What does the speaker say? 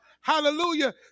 hallelujah